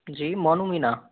जी Monu Meena